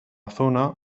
zona